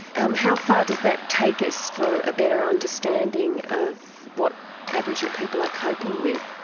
um how far does that take us for a better understanding of what aboriginal people are coping with?